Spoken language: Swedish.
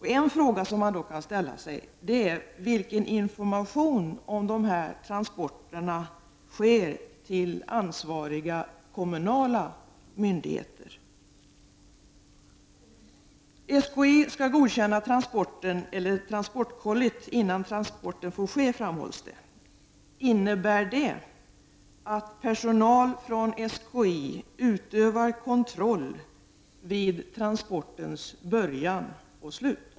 Här måste jag ställa frågan: Vilken information om dessa transporter lämnas till ansvariga kommunala myndigheter? SKI skall godkänna transporten eller transportkollit innan transport får ske, framhålls det. Innebär det att personal från SKI utövar kontroll vid transportens början och slut?